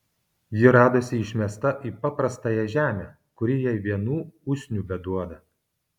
ji radosi išmesta į paprastąją žemę kuri jai vienų usnių beduoda